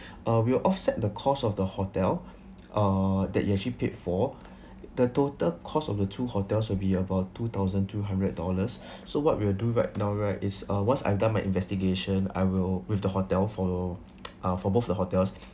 err we will offset the cost of the hotel uh that you actually paid for the total cost of the two hotels will be about two thousand two hundred dollars so what we will do right now right is uh once I've done my investigation I will with the hotel for ah for both the hotels